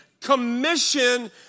commission